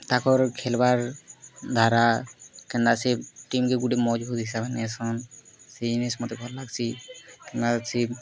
ତାକର୍ ଖେଲ୍ବାର ଧାରା କେନ୍ତା ସେ ଟିମ୍କେ ଗୁଟେ ମଜ୍ବୁତ୍ ହିସାବ୍ନେ ନେସନ୍ ସେ ଜିନିଷ୍ ମତେ ଭଲ୍ ଲାଗ୍ସି କେନ୍ତା କରି ସେ